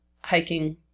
hiking